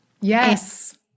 Yes